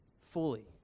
fully